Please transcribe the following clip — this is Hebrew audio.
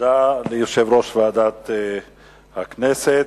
תודה ליושב-ראש ועדת הכנסת.